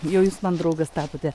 jau jūs man draugas tapote